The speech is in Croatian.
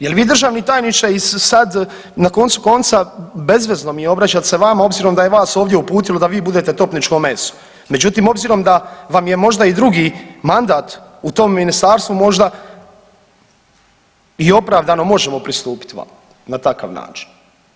Jel vi državni tajniče iz sad, na koncu konca bezvezno mi je obraćati se vama obzirom da je vas ovdje uputilo da vi budete topničko meso međutim obzirom da vam je možda i drugi mandat u tom ministarstvu možda i opravdano i možemo pristupiti vama na takav način.